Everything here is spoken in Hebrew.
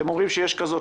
אתם אומרים שיש כזאת,